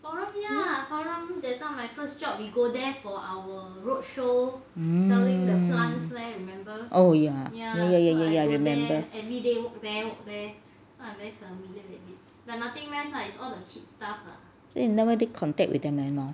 mm oh ya ya ya ya ya ya I remember then you never did contact with them anymore